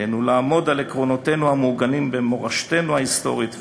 עלינו לעמוד על עקרונותינו המעוגנים במורשתנו ההיסטורית והרוחנית.